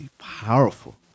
powerful